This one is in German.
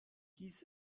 hieß